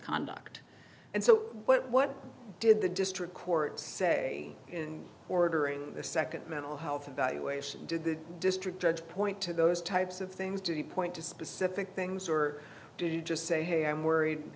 conduct and so what did the district court say in ordering a second mental health evaluation did the district judge point to those types of things to the point to specific things or did he just say hey i'm worried